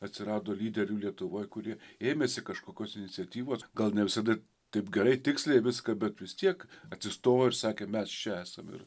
atsirado lyderių lietuvoj kurie ėmėsi kažkokios iniciatyvos gal ne visada taip gerai tiksliai viską bet vis tiek atsistojo ir sakė mes čia esam ir